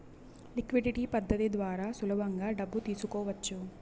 liquidity పద్ధతి ద్వారా సులభంగా డబ్బు తీసుకోవచ్చు